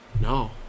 No